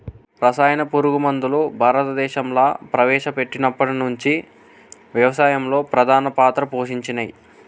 రసాయన పురుగు మందులు భారతదేశంలా ప్రవేశపెట్టినప్పటి నుంచి వ్యవసాయంలో ప్రధాన పాత్ర పోషించినయ్